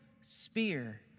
spear